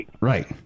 Right